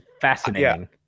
fascinating